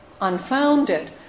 unfounded